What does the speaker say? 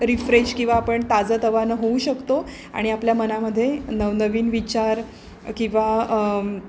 refresh किंवा आपण ताजंतवानं होऊ शकतो आणि आपल्या मनामध्ये नवनवीन विचार किंवा